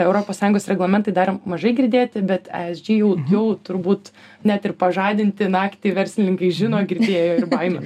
europos sąjungos reglamentai dar mažai girdėti bet esg jau jau turbūt net ir pažadinti naktį verslininkai žino girdėjo ir baimių